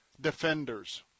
defenders